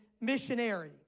missionary